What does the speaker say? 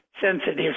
sensitive